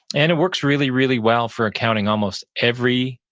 and it works really, really well for accounting almost every